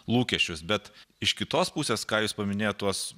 lūkesčius bet iš kitos pusės ką jūs paminėjot tuos